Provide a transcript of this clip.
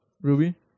Ruby